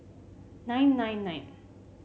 nine nine nine